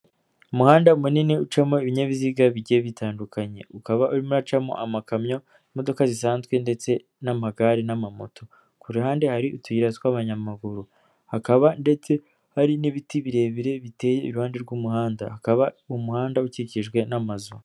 umuhanda munini ucamo ibinyabiziga bijye bitandukanye ukaba u macamo amakamyo imodoka zisanzwe ndetse n'amagare n'amamoto ku ruhande hari utuyira tw'abanyamaguru hakaba ndetse hari n'ibiti birebire biteye iruhande rw'umuhandakaba umuhanda ukikijwe n'amazu Umuhanda munini ucamo ibinyabiziga bigiye bitandukanye, ukaba ucamo amakamyo, imodoka zisanzwe ndetse n'amagare n'amamoto. Ku ruhande hari utuyira tw'abanyamaguru hakaba ndetse hari n'ibiti birebire biteye iruhande rw'umuhanda, hakaba n'umuhanda ukikijwe n'amazu.